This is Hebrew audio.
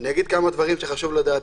אני אגיד כמה דברים שחשוב לדעת.